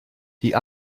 die